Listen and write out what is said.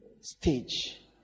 stage